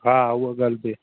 हा उहो ॻाल्हि बि